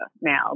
now